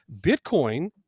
Bitcoin